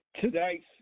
Today's